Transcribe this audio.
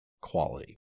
quality